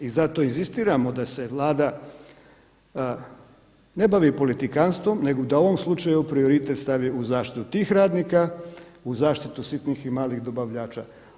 I zato inzistiramo da se Vlada ne bavi politikantstvom nego da u ovom slučaju prioritet stavi u zaštitu tih radnika u zaštitu sitnih i malih dobavljača.